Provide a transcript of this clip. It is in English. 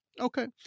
Okay